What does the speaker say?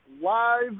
live